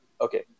Okay